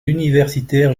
universitaire